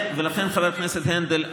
חבר הכנסת הנדל,